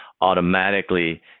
automatically